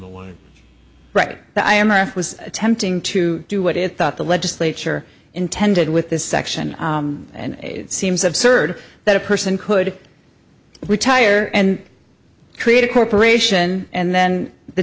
the way right that i am i was attempting to do what i thought the legislature intended with this section and it seems absurd that a person could retire and create a corporation and then the